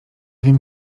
wiem